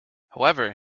however